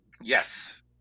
Yes